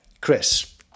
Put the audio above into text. Chris